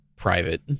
private